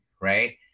right